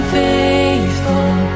faithful